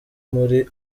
muri